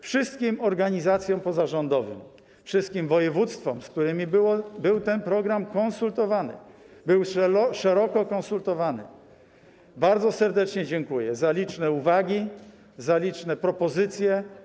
Wszystkim organizacjom pozarządowym, wszystkim województwom, z którymi był ten program konsultowany, szeroko konsultowany, bardzo serdecznie dziękuję za liczne uwagi, za liczne propozycje.